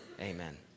amen